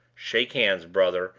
shake hands, brother,